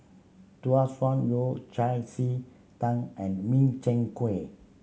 Tau Suan Yao Cai ji tang and Min Chiang Kueh